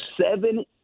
seven